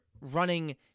running